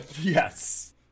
Yes